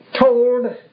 told